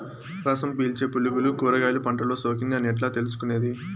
రసం పీల్చే పులుగులు కూరగాయలు పంటలో సోకింది అని ఎట్లా తెలుసుకునేది?